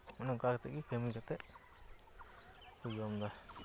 ᱚᱱᱮ ᱚᱱᱠᱟ ᱠᱟᱛᱮᱫ ᱜᱮ ᱠᱟᱹᱢᱤ ᱠᱟᱛᱮᱫ ᱠᱚ ᱡᱚᱢ ᱮᱫᱟ